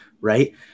right